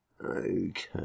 Okay